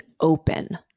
open